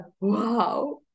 wow